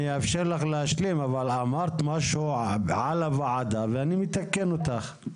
אני אאפשר לך להשלים אבל אמרת משהו על הוועדה ואני מתקן אותך.